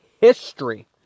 history